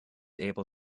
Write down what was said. able